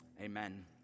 Amen